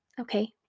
Okay